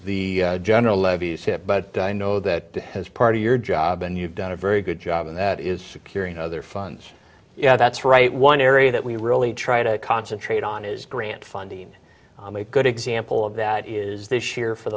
the the general levies hit but i know that as part of your job and you've done a very good job and that is securing other funds yeah that's right one area that we really try to concentrate on is grant funding a good example of that is this year for